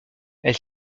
elle